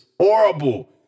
Horrible